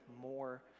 more